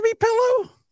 pillow